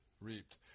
reaped